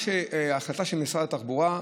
ההחלטה של משרד התחבורה,